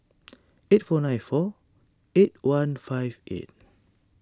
eight four nine four eight one five eight